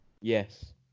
Yes